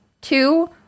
Two